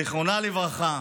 זיכרונה לברכה,